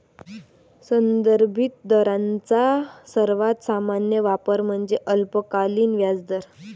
संदर्भित दरांचा सर्वात सामान्य वापर म्हणजे अल्पकालीन व्याजदर